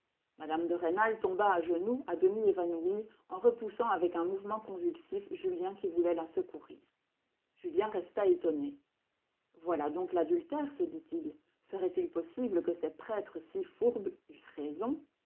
mme de rênal tomba à genoux à demi évanouie en repoussant avec un mouvement convulsif julien qui voulait la secourir julien resta étonné voilà donc l'adultère se dit-il serait-il possible que ces prêtres si fourbes eussent raison